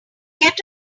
get